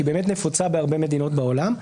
שהיא באמת נפוצה בהרבה מדינות בעולם,